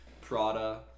Prada